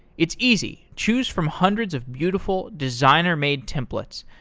it's easy. choose from hundreds of beautiful designer-made templates.